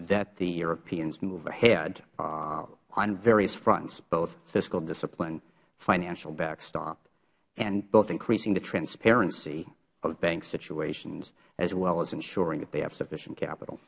that the europeans move ahead on various fronts both fiscal discipline financial backstop and both increasing the transparency of bank situations as well as ensuring that they have sufficient capital